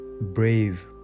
brave